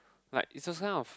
like it's a sign of